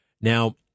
Now